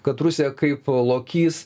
kad rusija kaip lokys